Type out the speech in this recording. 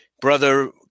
Brother